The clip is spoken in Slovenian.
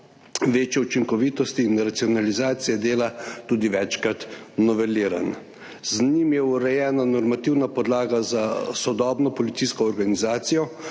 večje učinkovitosti in racionalizacije dela tudi večkrat noveliran. Z njim je urejena normativna podlaga za sodobno policijsko organizacijo,